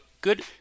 good